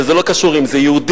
וזה לא קשור אם זה יהודים,